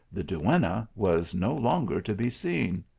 the duenna was no longer to be seen.